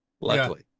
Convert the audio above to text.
luckily